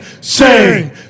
sing